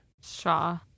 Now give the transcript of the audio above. Shaw